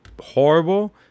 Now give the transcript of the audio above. horrible